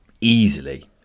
easily